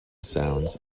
sounds